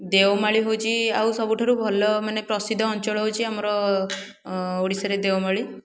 ଦେଓମାଳୀ ହେଉଛି ଆଉ ସବୁଠାରୁ ଭଲ ମାନେ ପ୍ରସିଦ୍ଧ ଅଞ୍ଚଳ ହେଉଛି ଆମର ଓଡ଼ିଶାରେ ଦେଓମାଳୀ